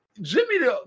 Jimmy